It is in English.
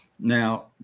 Now